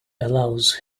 allows